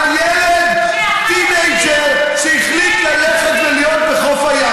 על ילד teenager, שהחליט ללכת ולהיות בחוף הים.